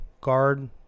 guard